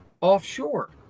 offshore